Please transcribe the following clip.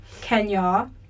Kenya